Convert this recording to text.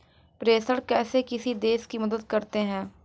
प्रेषण कैसे किसी देश की मदद करते हैं?